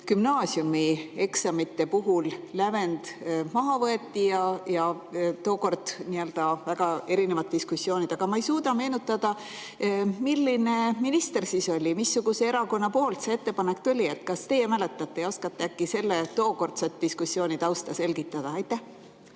gümnaasiumieksamite puhul lävend maha võeti. Tookord olid väga erinevad diskussioonid, aga ma ei suuda meenutada, milline minister siis oli, missuguse erakonna poolt see ettepanek tuli. Kas teie mäletate ja oskate äkki tookordse diskussiooni tausta selgitada? Austatud